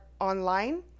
online